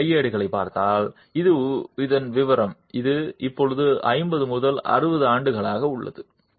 D கையேடுகளைப் பார்த்தால் இது ஒரு விவரம் இது இப்போது 50 60 ஆண்டுகளாக உள்ளது